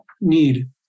need